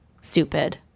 stupid